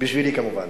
בשבילי כמובן.